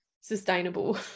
sustainable